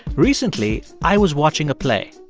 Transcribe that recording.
recently, i was watching a play.